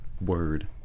Word